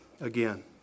again